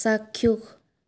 চাক্ষুস